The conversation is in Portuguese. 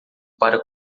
para